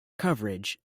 coverage